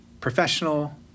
professional